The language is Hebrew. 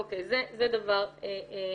אוקיי, זה דבר נוסף.